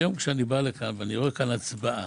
היום כשאני בא לכאן ורואה כאן הצבעה,